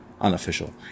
unofficial